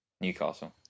Newcastle